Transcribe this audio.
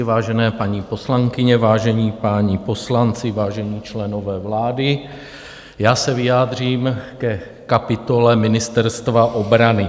Vážené paní poslankyně, vážení páni poslanci, vážení členové vlády, já se vyjádřím ke kapitole Ministerstva obrany.